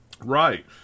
Right